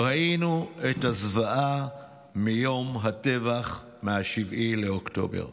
ראינו את הזוועה מיום הטבח ב-7 באוקטובר.